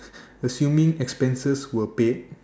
assuming expenses were paid